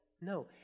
No